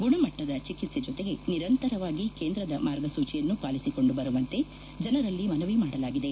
ಗುಣಮಟ್ಟದ ಚಿಕ್ಕೆ ಜೊತೆಗೆ ನಿರಂತರವಾಗಿ ಕೇಂದ್ರದ ಮಾರ್ಗಸೂಚಿಯನ್ನು ಪಾಲಿಸಿಕೊಂಡು ಬರುವಂತೆ ಜನರಲ್ಲಿ ಮನವಿ ಮಾಡಲಾಗಿದೆ